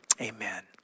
amen